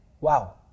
Wow